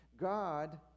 God